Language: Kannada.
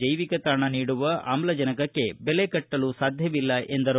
ಜೈವಿಕತಾಣ ನೀಡುವ ಆಮ್ಲಜನಕಕ್ಕೆ ಬೆಲೆ ಕಟ್ಟಲು ಸಾಧ್ಯವಿಲ್ಲ ಎಂದು ಹೇಳಿದರು